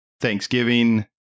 Thanksgiving